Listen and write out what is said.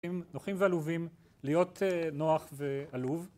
נוחים ועלובים להיות נוח ועלוב